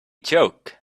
joke